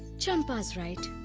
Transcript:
champa's right!